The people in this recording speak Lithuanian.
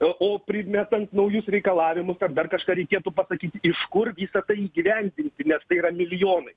o o pridmetant naujus reikalavimus ten dar kažką reikėtų pasakyti iš kur visą tai įgyvendinti nes tai yra milijonai